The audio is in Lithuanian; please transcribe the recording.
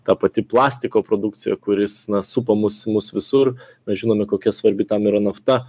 ta pati plastiko produkcija kuris na supa mus mus visur žinome kokia svarbi tam yra nafta